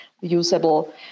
usable